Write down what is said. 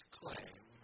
claim